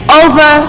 over